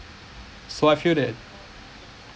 so I feel that